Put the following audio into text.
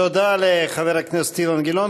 תודה לחבר הכנסת אילן גילאון.